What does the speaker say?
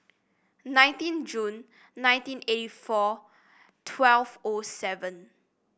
nineteen June nineteen eighty four twelve O seven